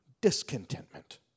discontentment